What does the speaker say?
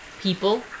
people